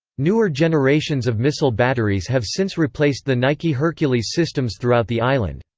newer generations of missile batteries have since replaced the nike hercules systems throughout the island.